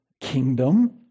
kingdom